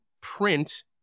print